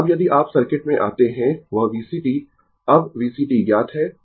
अब यदि आप सर्किट में आते है वह VCt अब VCt ज्ञात है